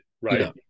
right